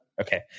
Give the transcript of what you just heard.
okay